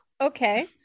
Okay